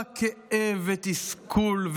כאב ותסכול,